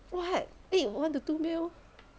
what eat one to two meal